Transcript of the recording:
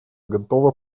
готово